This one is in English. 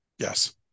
Yes